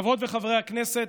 חברות וחברי הכנסת,